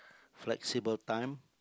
flexible time